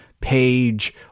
page